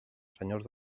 senyors